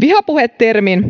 vihapuhe termin